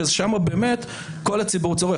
ששם כל הציבור צורך.